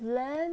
learn